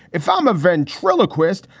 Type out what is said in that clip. if i'm a ventriloquist,